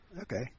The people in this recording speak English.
okay